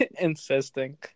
insisting